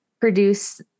produce